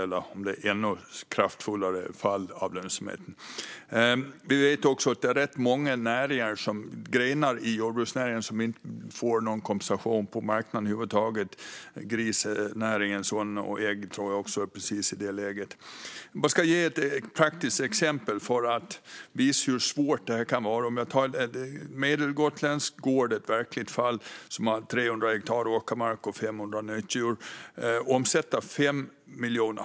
Eller det är kanske ännu kraftfullare fall när det gäller lönsamheten. Vi vet också att det är rätt många grenar i jordbruksnäringen som inte får någon kompensation på marknaden över huvud taget. Grisnäringen är en sådan. Äggnäringen tror jag också är i precis det läget. Jag ska ge ett praktiskt exempel för att visa hur svårt detta kan vara. Jag kan berätta om en genomsnittlig gotländsk gård - det är ett verkligt fall - där de har 300 hektar åkermark och 500 nötdjur. De omsätter 5 miljoner.